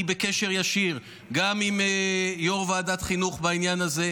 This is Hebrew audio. אני בקשר ישיר גם עם יושב-ראש ועדת החינוך בעניין הזה,